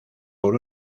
por